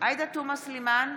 עאידה תומא סלימאן,